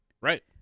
Right